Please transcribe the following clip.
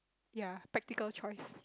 ya practical choice